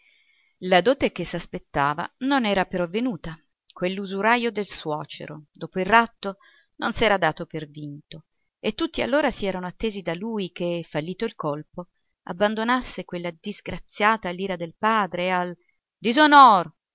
la dote che s'aspettava non era però venuta quell'usurajo del suocero dopo il ratto non s'era dato per vinto e tutti allora si erano attesi da lui che fallito il colpo abbandonasse quella disgraziata all'ira del padre e al disonor